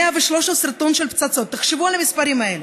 113 טונות של פצצות, תחשבו על המספרים האלה.